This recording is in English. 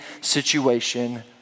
situation